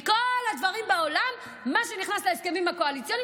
מכל הדברים בעולם מה שנכנס להסכמים הקואליציוניים